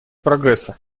прогресса